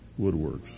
woodworks